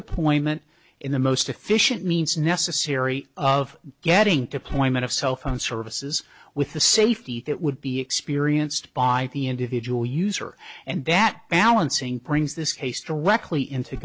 deployment in the most efficient means necessary of getting to a point of cellphone services with the safety that would be experienced by the individual user and that balancing brings this case directly into